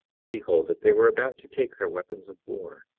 but behold, as they were about to take their weapons of war,